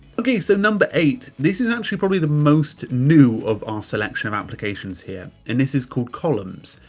okay so number eight, this is actually probably the most new of all selection of applications here. and this is called columns.